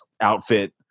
outfit